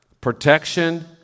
protection